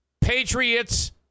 Patriots